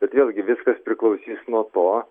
bet vėlgi viskas priklausys nuo to